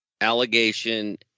allegation